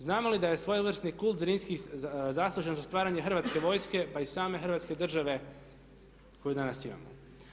Znamo li da je svojevrsni kult Zrinski zaslužan za stvaranje Hrvatske vojske pa i same Hrvatske države koju danas imamo?